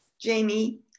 Jamie